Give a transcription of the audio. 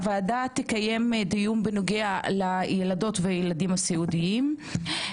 הוועדה תקיים דיון בנוגע לילדות ולילדים הסיעודיים.